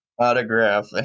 autograph